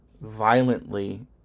violently